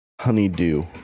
honeydew